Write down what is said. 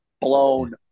blown